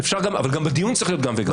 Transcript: אבל גם בדיון צריך להיות גם וגם.